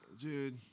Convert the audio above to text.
Dude